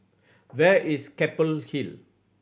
where is Keppel Hill